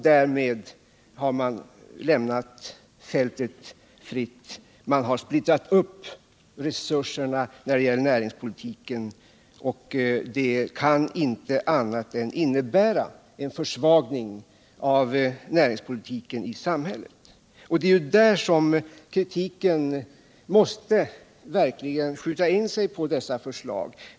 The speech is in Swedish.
Därmed har man lämnat fältet fritt. Man har splittrat upp resurserna för näringspolitiken, och det kan inte innebära annat än en försvagning av näringslivspolitiken i samhället. Det är just där kritiken mot dessa förslag verkligen måste skjuta in sig.